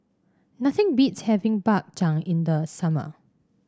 nothing beats having Bak Chang in the summer